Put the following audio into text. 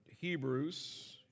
Hebrews